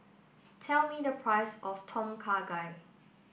tell me the price of Tom Kha Gai